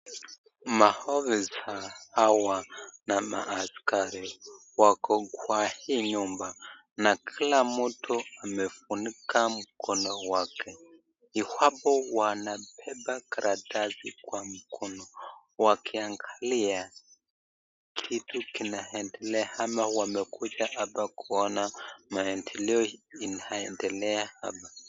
Ma ofisa hawa na maskari wako hii nyumba na kila mtu amefunika mkono wake, iwapo wanabeba karatasi kwa mkono wakiangalia kotu kinaendelea hapa ama wamekuja hapa kuona maendeleo inayo endelea hapa.